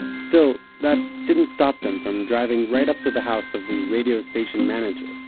and still, that didn't stop them from driving right up to the house of the radio station manager,